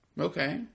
Okay